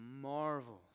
marvels